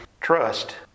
Trust